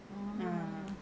oh